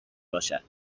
باشد